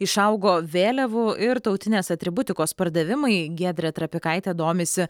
išaugo vėliavų ir tautinės atributikos pardavimai giedrė trapikaitė domisi